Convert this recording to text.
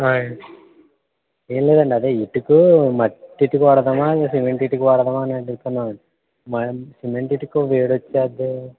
ఆయ్ ఏం లేదండి అదే ఇటుకు మట్టిటుకు వాడుదామా సిమెంట్ ఇటుకు వాడుదామా అని అడుగుతున్నామండి సిమెంట్ ఇటుకు వేడి వచ్చేద్ది